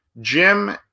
Jim